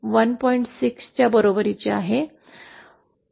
6 च्या बरोबरीचा आहे